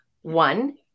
One